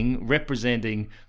representing